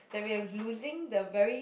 that we are losing the very